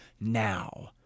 now